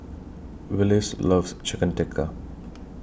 Willis loves Chicken Tikka